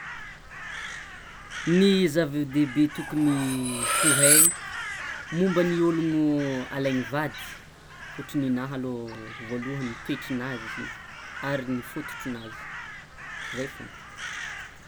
Ny zavadehibe tokony ho hay momba ny ologno alaigny vady ôhatry ny anah aloh voalohany toetrinazy ary ny fototronazy zay fôgna.